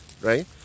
right